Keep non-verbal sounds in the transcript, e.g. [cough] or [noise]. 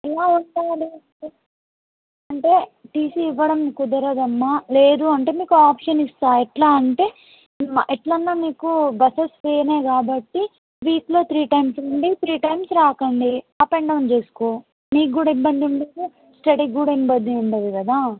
[unintelligible] అంటే టీసీ ఇవ్వడం కుదరదు అమ్మా లేదు అంటే మీకు ఓ ఆప్షన్ ఇస్తాను ఎట్లా అంటే ఎట్లైనా మీకు బసెస్ ఫ్రీనే కాబట్టి వీక్లో త్రీ టైమ్స్ రండి త్రీ టైమ్స్ రాకండి అప్ అండ్ డౌన్ చేసుకో నీకు కూడా ఇబ్బంది ఉండదు స్టడీకి కూడా ఇబ్బంది ఉండదు కదా